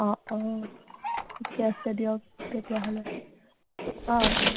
অঁ অঁ ঠিকে আছে দিয়ক তেতিয়া হ'লে অঁ ঠিক